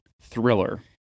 thriller